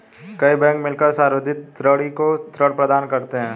कई बैंक मिलकर संवर्धित ऋणी को ऋण प्रदान करते हैं